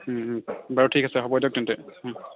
বাৰু ঠিক আছে হ'ব দিয়ক তেন্তে